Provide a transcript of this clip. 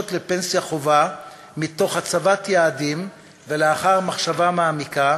לפנסיה חובה מתוך הצבת יעדים ולאחר מחשבה מעמיקה,